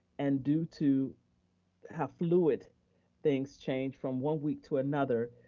and due to how fluid things change, from one week to another,